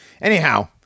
anyhow